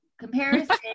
Comparison